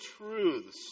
truths